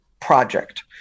project